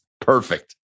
Perfect